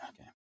okay